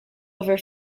over